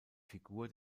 figur